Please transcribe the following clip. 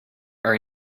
are